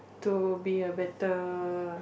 to be a better